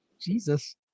Jesus